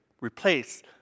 replace